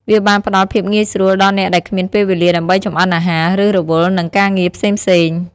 វាបានផ្ដល់ភាពងាយស្រួលដល់អ្នកដែលគ្មានពេលវេលាដើម្បីចម្អិនអាហារ ឬរវល់នឹងការងារផ្សេងៗ។